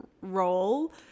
role